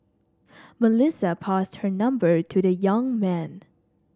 Melissa passed her number to the young man